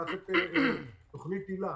ניקח למשל את תוכנית היל"ה,